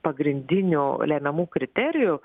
pagrindinių lemiamų kriterijų